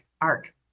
Arc